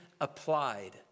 applied